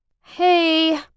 Hey